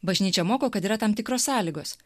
bažnyčia moko kad yra tam tikros sąlygos